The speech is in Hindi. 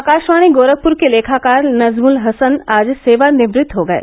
आकाशवाणी गोरखपुर के लेखाकार नजमुल हसन आज सेवानिवृत्त हो गये